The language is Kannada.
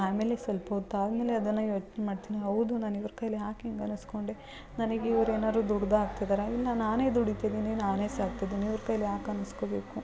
ಆಮೇಲೆ ಸ್ವಲ್ಪ ಹೊತ್ ಆದಮೇಲೆ ಅದನ್ನು ಯೋಚನೆ ಮಾಡ್ತೀನಿ ಹೌದು ನಾನು ಇವ್ರ ಕೈಲಿ ಯಾಕೆ ಹಿಂಗೆ ಅನಿಸ್ಕೊಂಡೆ ನನಗೆ ಇವ್ರು ಏನಾದ್ರೂ ದುಡ್ದು ಹಾಕ್ತಿದಾರಾ ಇಲ್ಲ ನಾನೇ ದುಡೀತಿದೀನಿ ನಾನೇ ಸಾಕ್ತಿದೀನಿ ಇವ್ರ ಕೈಲಿ ಯಾಕೆ ಅನಿಸ್ಕೊಬೇಕು